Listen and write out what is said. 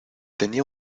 tenía